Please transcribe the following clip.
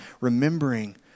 remembering